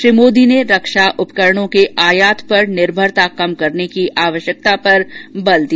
श्री मोदी ने रक्षा उपकरणो के आयात पर निर्भरता कम करने की आवश्यकता पर जोर दिया